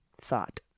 thought